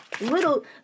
Little